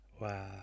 wow